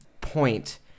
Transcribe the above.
point